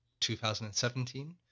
2017